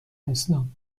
اسلام